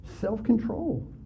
self-control